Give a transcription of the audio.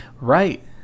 Right